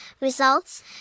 results